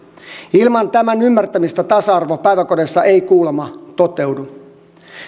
ilman tämän ymmärtämistä tasa arvo päiväkodeissa ei kuulemma toteudu